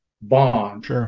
bond